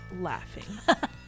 laughing